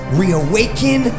reawaken